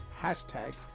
Hashtag